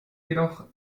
jedoch